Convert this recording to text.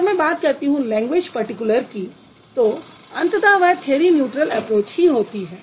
जब मैं बात करती हूँ लैंग्वेज़ पर्टीक्युलर की तो अंतत वह थ्यरी न्यूट्रल एप्रोच ही होती है